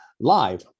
live